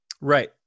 Right